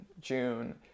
June